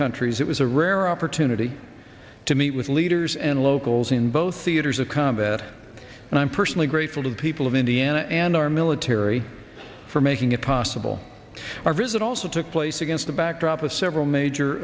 countries it was a rare opportunity to meet with leaders and locals in both theaters of combat and i'm personally grateful to the people of indiana and our military for making it possible our visit also took place against the backdrop of several major